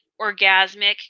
orgasmic